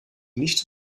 nicht